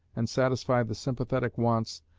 and satisfy the sympathetic wants,